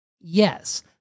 Yes